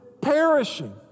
perishing